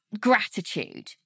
gratitude